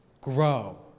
grow